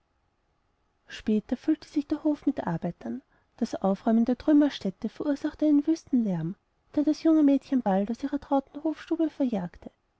später füllte sich der hof mit arbeitern das aufräumen der trümmerstätte verursachte einen wüsten lärm der das junge mädchen bald aus ihrer trauten hofstube verjagte